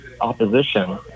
opposition